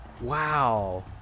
Wow